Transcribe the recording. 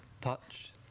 touch